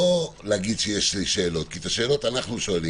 לא לומר שיש שאלות אותן אנחנו שואלים.